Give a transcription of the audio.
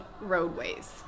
roadways